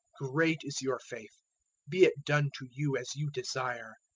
great is your faith be it done to you as you desire.